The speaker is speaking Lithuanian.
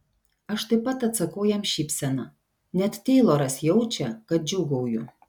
aš taip pat atsakau jam šypsena net teiloras jaučia kad džiūgauju